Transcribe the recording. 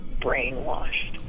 brainwashed